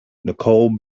nicole